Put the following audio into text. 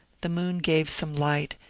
the moon gave some light,